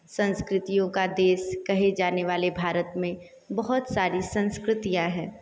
संस्कृतियों का देश कहे जाने वाले भारत में बहुत सारी संस्कृतियाँ हैं